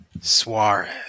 Suarez